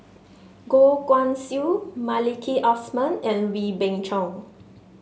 Goh Guan Siew Maliki Osman and Wee Beng Chong